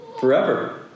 forever